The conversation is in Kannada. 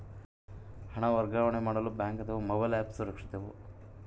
ಹಣ ವರ್ಗಾವಣೆ ಮಾಡಲು ಬ್ಯಾಂಕ್ ಅಥವಾ ಮೋಬೈಲ್ ಆ್ಯಪ್ ಸುರಕ್ಷಿತವೋ?